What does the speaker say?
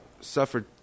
suffered